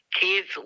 kids